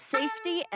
Safety